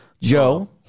Joe